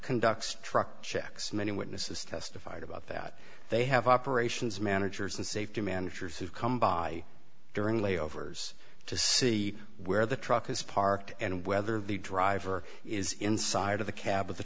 conducts truck checks many witnesses testified about that they have operations managers and safety managers who come by during layovers to see where the truck is parked and whether the driver is inside of the cab